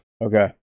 Okay